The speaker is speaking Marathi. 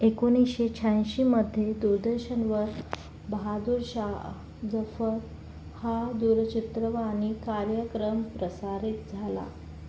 एकोणीसशे शहाऐंशीमध्ये दूरदर्शनवर बहादूरशाह जफर हा दूरचित्रवाणी कार्यक्रम प्रसारित झाला